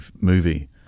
movie